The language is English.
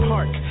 Park